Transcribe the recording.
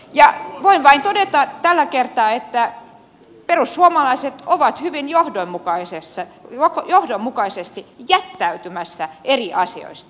ja voin vain todeta tällä kertaa että perussuomalaiset ovat hyvin johdonmukaisesti jättäytymässä eri asioista